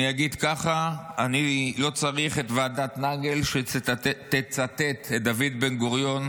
אני אגיד ככה: אני לא צריך את ועדת נגל שתצטט את דוד בן-גוריון.